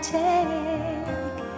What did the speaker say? take